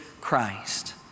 Christ